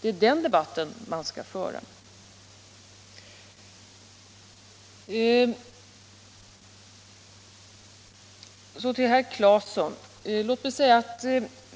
Det är den debatten man skall föra. Så till herr Claeson.